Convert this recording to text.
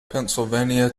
pennsylvania